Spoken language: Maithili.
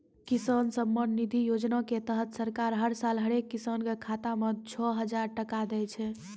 किसान सम्मान निधि योजना के तहत सरकार हर साल हरेक किसान कॅ खाता मॅ छो हजार टका दै छै